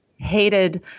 hated